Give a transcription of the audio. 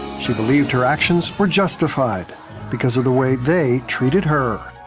she believed her actions were justified because of the way they treated her.